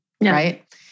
right